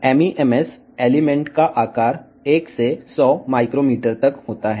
MEMS మూలకం సుమారుగా 1 నుండి 100 μm వరకు ఉంటుంది